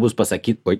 bus pasaky oi